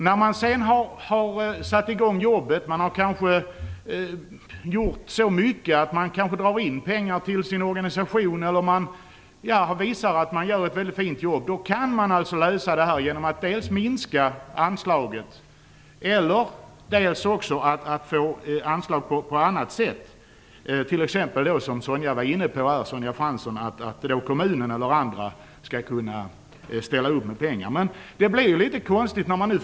När man sedan har börjat jobba och kanske gjort så mycket att man drar in pengar till sin organisation eller när man visar att man gör ett fint jobb, kan detta lösas genom en minskning av anslaget eller genom att det utbetalas anslag på annat sätt. Sonja Fransson var t.ex. inne på att kommuner eller andra skulle kunna ställa upp med pengar. Men det blir ju litet konstigt.